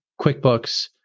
QuickBooks